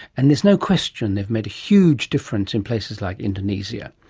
and there's no question they've made a huge difference in places like indonesia.